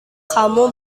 kamu